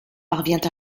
parvient